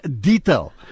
detail